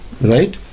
right